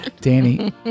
Danny